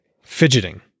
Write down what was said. fidgeting